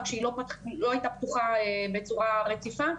רק שהיא לא היתה פתוחה בצורה רציפה.